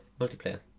multiplayer